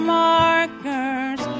markers